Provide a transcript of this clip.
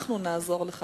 אנחנו נעזור לך.